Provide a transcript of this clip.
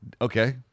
Okay